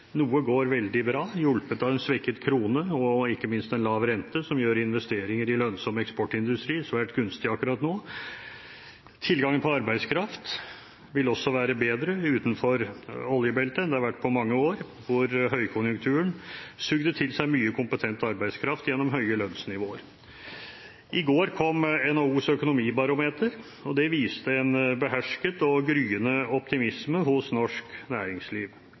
Noe går veldig bra, hjulpet av en svekket krone og ikke minst en lav rente, som gjør investeringer i lønnsom eksportindustri svært gunstig akkurat nå. Tilgangen på arbeidskraft vil også være bedre utenfor oljebeltet enn den har vært på mange år, hvor høykonjunkturen sugde til seg mye kompetent arbeidskraft gjennom høye lønnsnivåer. I går kom NHOs økonomibarometer, og det viste en behersket og gryende optimisme hos norsk næringsliv.